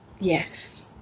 Yes